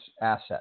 asset